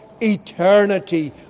eternity